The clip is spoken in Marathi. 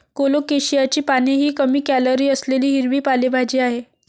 कोलोकेशियाची पाने ही कमी कॅलरी असलेली हिरवी पालेभाजी आहे